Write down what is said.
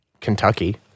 Kentucky